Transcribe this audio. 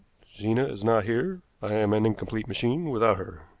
zena is not here. i am an incomplete machine without her.